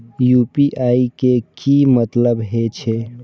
UPI के की मतलब हे छे?